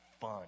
fun